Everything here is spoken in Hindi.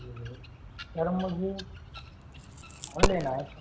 सर मुझे फोन लेना है सर